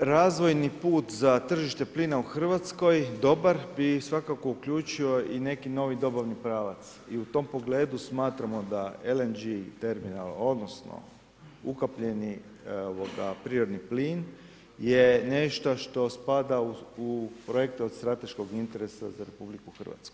razvojni put za tržište plina u Hrvatskoj dobar bi svakako uključio i neki novi dobavni pravac i u tom pogledu smatramo da LNG terminal odnosno ukapljeni prirodni plin je nešto što spada u projekte od strateškog interesa za RH.